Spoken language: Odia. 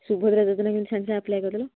ସୁଭଦ୍ରା ଯୋଜନା କେମିତି ସାଙ୍ଗେ ସାଙ୍ଗେ ଆପ୍ଲାଇ କରିଦେଲ